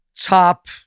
top